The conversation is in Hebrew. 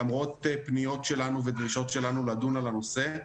למרות פניות שלנו ודרישות שלנו לדון בנושא,